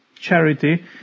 charity